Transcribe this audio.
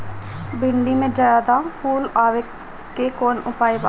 भिन्डी में ज्यादा फुल आवे के कौन उपाय बा?